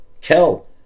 Kel